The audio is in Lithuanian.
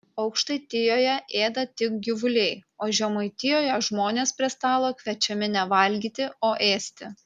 aukštaitijoje ėda tik gyvuliai o žemaitijoje žmonės prie stalo kviečiami ne valgyti o ėsti